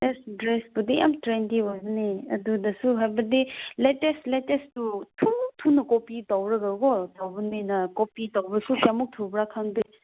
dress ꯗ꯭ꯔꯦꯁꯕꯨꯗꯤ ꯌꯥꯝ trendy ꯑꯣꯏꯕꯅꯦ ꯑꯗꯨꯗꯁꯨ ꯍꯥꯏꯕꯗꯤ ꯂꯦꯇꯦꯁ ꯂꯦꯇꯦꯁꯇꯨ ꯊꯨ ꯊꯨꯅ ꯀꯣꯄꯤ ꯇꯧꯔꯒꯀꯣ ꯇꯧꯕꯅꯤꯅ ꯀꯣꯄꯤ ꯇꯧꯕꯁꯨ ꯀꯌꯥꯃꯨꯛ ꯊꯨꯕ꯭ꯔꯥ ꯈꯪꯗꯦ